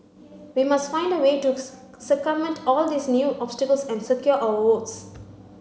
we must find a way to circumvent all these new obstacles and secure our votes